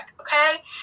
okay